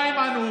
מה הם ענו?